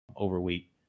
overweight